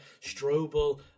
Strobel